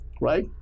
Right